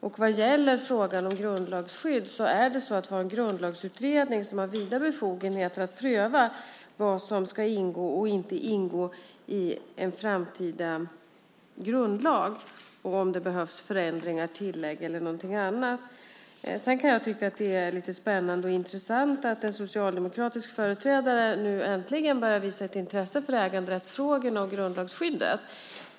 När det gäller frågan om grundlagsskydd har vi en grundlagsutredning som har vida befogenheter att pröva vad som ska ingå och vad som inte ska ingå i en framtida grundlag och om det behövs förändringar, tillägg eller någonting annat. Sedan kan jag tycka att det är lite spännande och intressant att en socialdemokratisk företrädare nu äntligen börjar visa ett intresse för äganderättsfrågorna och grundlagsskyddet.